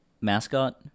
mascot